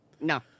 no